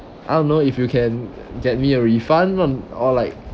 I don't know if you can get me a refund [one] or like